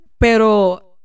pero